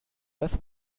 das